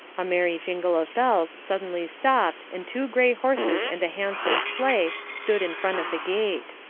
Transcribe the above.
a merry jingle of bells suddenly stopped and two gray horses and a handsome sleigh stood in front of the gate.